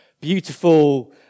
beautiful